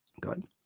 good